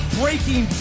breaking